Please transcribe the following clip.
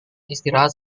istirahat